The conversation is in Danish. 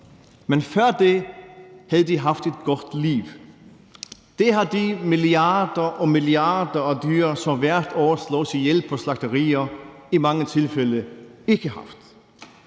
Men før det havde de haft et godt liv. Det har de milliarder og milliarder af dyr, som hvert år slås ihjel på slagterier, i mange tilfælde ikke haft.